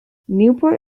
newport